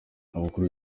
abakuru